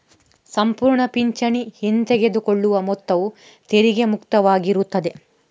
ಸಂಪೂರ್ಣ ಪಿಂಚಣಿ ಹಿಂತೆಗೆದುಕೊಳ್ಳುವ ಮೊತ್ತವು ತೆರಿಗೆ ಮುಕ್ತವಾಗಿರುತ್ತದೆ